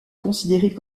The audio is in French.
considérée